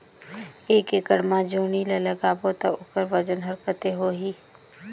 एक एकड़ मा जोणी ला लगाबो ता ओकर वजन हर कते होही?